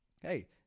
Hey